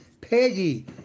Peggy